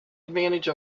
advantage